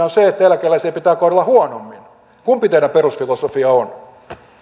on se että eläkeläisiä pitää kohdella huonommin kumpi teidän perusfilosofianne on